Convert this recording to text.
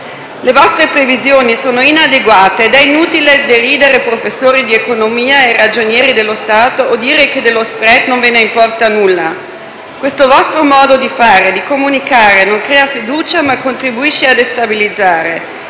Le vostre previsioni sono inadeguate ed è inutile deridere professori di economia e ragionieri dello Stato o dire che dello *spread* non vi importa nulla. Questo vostro modo di fare e di comunicare non crea fiducia, ma contribuisce a destabilizzare